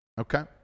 Okay